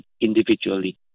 individually